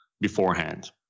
beforehand